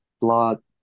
blood